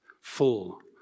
full